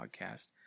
podcast